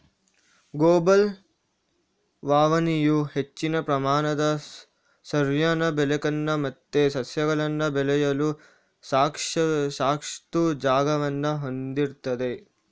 gable ಛಾವಣಿಯು ಹೆಚ್ಚಿನ ಪ್ರಮಾಣದ ಸೂರ್ಯನ ಬೆಳಕನ್ನ ಮತ್ತೆ ಸಸ್ಯಗಳನ್ನ ಬೆಳೆಯಲು ಸಾಕಷ್ಟು ಜಾಗವನ್ನ ಹೊಂದಿರ್ತದೆ